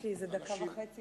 לי איזו דקה וחצי